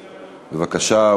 בבקשה,